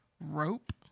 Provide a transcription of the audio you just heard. rope